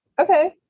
Okay